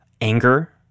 anger